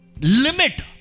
Limit